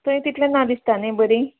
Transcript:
थंय तितलें ना दिसता न्ही बरीं